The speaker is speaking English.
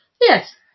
Yes